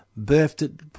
birthed